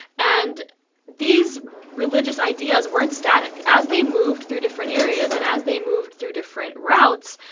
and these religious ideas weren't static. as they moved through different areas and as they moved through different routes,